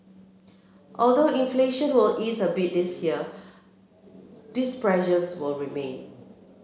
although inflation will ease a bit this year these pressures will remain